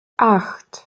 acht